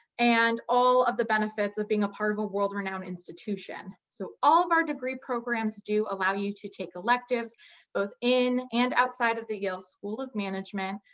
and all of the benefits of being a part of a world renowned institution. so all of our degree programs do allow you to take electives both in and outside of the yale school of management,